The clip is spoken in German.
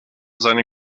seine